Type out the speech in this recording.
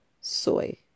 soy